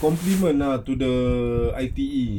compliment ah to the I_T_E